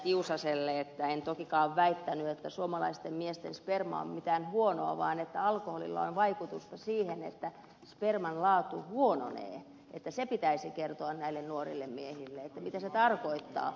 tiusaselle että en tokikaan väittänyt että suomalaisten miesten sperma on mitään huonoa vaan että alkoholilla on vaikutusta siihen että sperman laatu huononee ja että se pitäisi kertoa näille nuorille miehille mitä se tarkoittaa